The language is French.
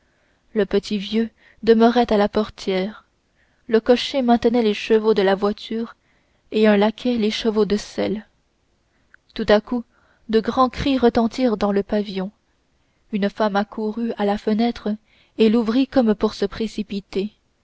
le petit vieux demeurait à la portière le cocher maintenait les chevaux de la voiture et un laquais les chevaux de selle tout à coup de grands cris retentirent dans le pavillon une femme accourut à la fenêtre et l'ouvrit comme pour se précipiter